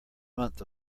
month